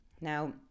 Now